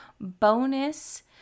bonus